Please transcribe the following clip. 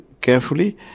carefully